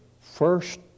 First